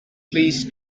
please